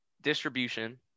distribution